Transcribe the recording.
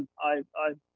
i,